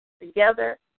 Together